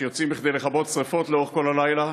שיוצאים כדי לכבות שרפות לאורך כל הלילה,